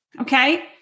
okay